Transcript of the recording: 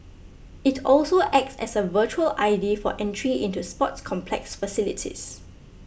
it also acts as a virtual I D for entry into sports complex facilities